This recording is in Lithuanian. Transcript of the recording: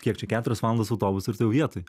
kiek čia keturios valandos autobusu ir tu jau vietoj